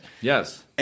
Yes